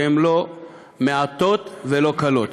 שהן לא מעטות ולא קלות.